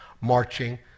marching